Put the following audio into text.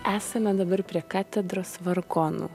esame dabar prie katedros vargonų